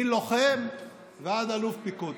מלוחם ועד אלוף פיקוד.